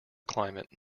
climate